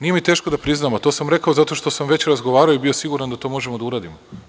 Nije mi teško da priznam, a to sam rekao zato što sam već razgovarao i bio siguran da to možemo da uradimo.